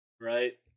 right